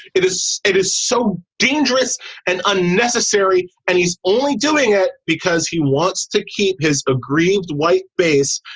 it is it is so dangerous and unnecessary. and he's only doing it because he wants to keep his aggrieved white base.